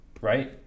right